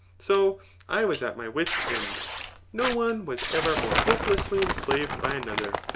so i was at my wit's end no one was ever more hopelessly enslaved by another.